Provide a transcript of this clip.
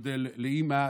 שגדל לאימא